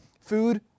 food